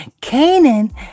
Canaan